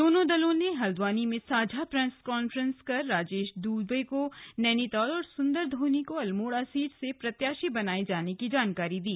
दोनों दलों ने हल्द्वानी में साझा प्रेस कॉन्फ्रेंस कर राजेश दुबे को नैनीताल और सुंदर धोनी को अल्मोड़ा सीट से प्रत्याशी बनाए जाने की जानकारी दी